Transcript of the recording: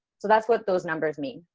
so that's what those numbers mean.